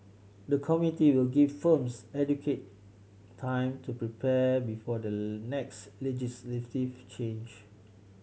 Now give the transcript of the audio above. the committee will give firms adequate time to prepare before the next change